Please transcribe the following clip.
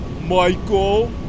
Michael